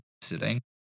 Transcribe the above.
sitting